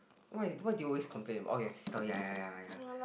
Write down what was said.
what is what do you always complain about oh your sister ya ya ya ya